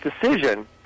decision